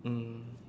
mm